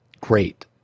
great